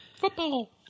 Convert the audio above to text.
Football